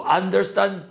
understand